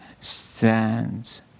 stands